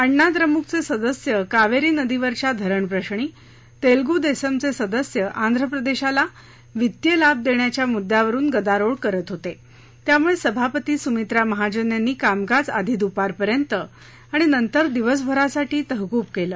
अण्णा दुप्रकचे सदस्य कावेरी नदीवरच्या धरणप्रश्री तेलगूदेसमचे सदस्य आंध्रप्रदेशाला वित्तीय लाभ देण्याच्या मुद्यावरुन गदारोळ करत होते त्यामुळे सभापती सुमित्रा महाजन यांनी कामकाज आधी दुपारपर्यंत आणि नंतर दिवसभरासाठी तहकूब केलं